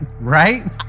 right